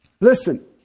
Listen